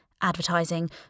Advertising